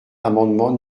l’amendement